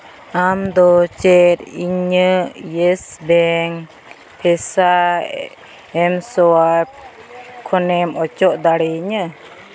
ᱟᱢ ᱫᱚ ᱪᱮᱫ ᱤᱧᱟᱹᱜ ᱤᱭᱮᱥ ᱵᱮᱝᱠ ᱵᱷᱤᱥᱟ ᱮᱢ ᱥᱳᱣᱟ ᱠᱷᱚᱱᱮᱢ ᱚᱪᱚᱜ ᱫᱟᱲᱮᱭᱟᱹᱧᱟᱹ